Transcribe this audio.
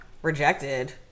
rejected